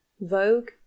Vogue